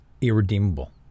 irredeemable